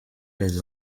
les